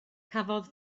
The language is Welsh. cafodd